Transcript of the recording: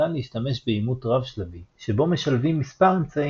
ניתן להשתמש באימות רב-שלבי שבו משלבים מספר אמצעי